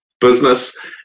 business